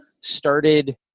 started